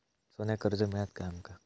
सोन्याक कर्ज मिळात काय आमका?